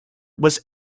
was